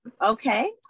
okay